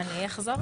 אני אחזור.